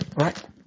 Right